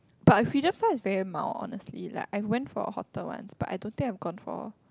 but uh freedom's one is very mild honestly like I went for hotter ones but I don't think I have gone for